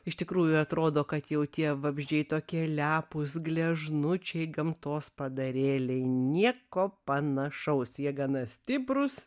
iš tikrųjų atrodo kad jau tie vabzdžiai tokie lepūs gležnučiai gamtos padarėliai nieko panašaus jie gana stiprūs